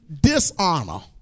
dishonor